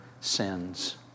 sins